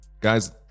Guys